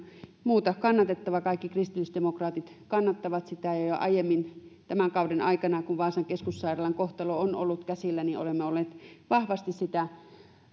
muuta kannatettava kaikki kristillisdemokraatit kannattavat sitä ja jo aiemmin tämän kauden aikana kun vaasan keskussairaalan kohtalo on ollut käsillä olemme olleet vahvasti